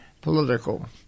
political